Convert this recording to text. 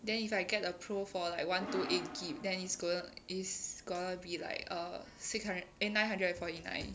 then if I get the pro for like one two eight G_B then it's gonna it's gonna be like err six hundred eh nine hundred and forty nine